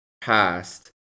past